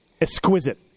exquisite